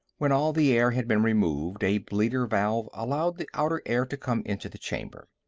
when all the air had been removed, a bleeder valve allowed the outer air to come into the chamber.